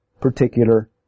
particular